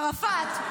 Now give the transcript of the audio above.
ערפאת,